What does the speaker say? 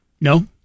No